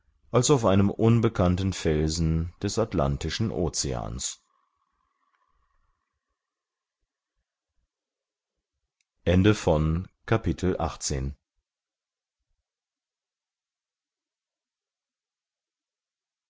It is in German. als auf einem unbekannten felsen des atlantischen oceans